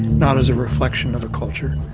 not as a reflection of a culture.